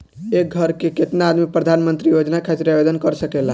एक घर के केतना आदमी प्रधानमंत्री योजना खातिर आवेदन कर सकेला?